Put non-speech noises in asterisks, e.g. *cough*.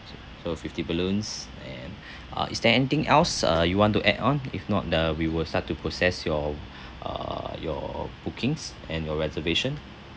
so fifty balloons and *breath* uh is there anything else uh you want to add on if not uh we will start to process your *breath* uh your bookings and your reservation